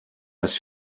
das